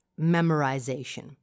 memorization